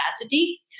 capacity